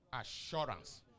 assurance